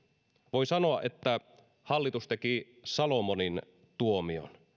voi sanoa että hallitus teki salomonin tuomion